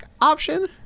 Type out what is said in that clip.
option